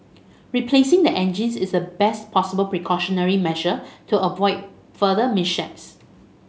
replacing the engines is the best possible precautionary measure to avoid further mishaps